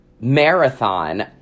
marathon